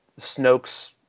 Snoke's